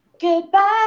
goodbye